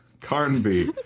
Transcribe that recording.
Carnby